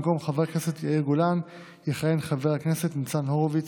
במקום חבר הכנסת יאיר גולן יכהן חבר הכנסת ניצן הורוביץ'.